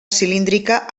cilíndrica